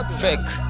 fake